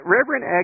Reverend